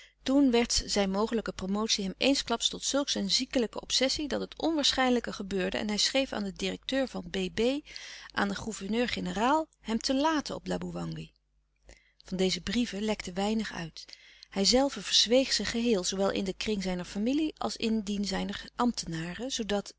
toen werd zijn mogelijke promotie hem eensklaps tot zulk een ziekelijke obsessie dat het onwaarschijnlijke gebeurde en hij schreef aan den directeur van b b aan den gouverneur-generaal hem te laten op laboewangi van deze brieven lekte weinig uit hijzelve verzweeg ze geheel zoowel in den kring zijner familie als in dien zijner ambtenaren zoodat